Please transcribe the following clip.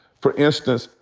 for instance,